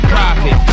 Profit